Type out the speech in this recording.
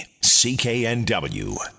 CKNW